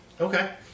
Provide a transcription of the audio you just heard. Okay